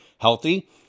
healthy